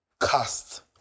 cast